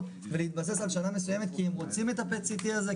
ולהתבסס על שנה מסוימת כי הם רוצים ה-PET CT הזה,